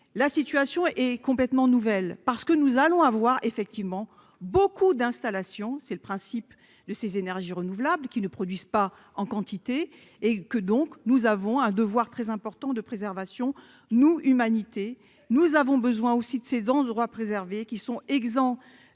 la situation est complètement nouvelle, parce que nous allons avoir effectivement beaucoup d'installation, c'est le principe de ces énergies renouvelables, qui ne produisent pas en quantité et que donc nous avons un devoir très important de préservation nous humanité nous avons besoin aussi de ces endroits préservés, qui sont exempts